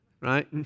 right